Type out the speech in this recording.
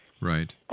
Right